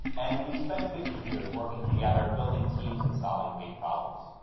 and we've spent fifteen years working together building teams and solving big problems.